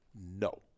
No